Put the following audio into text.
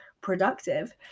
productive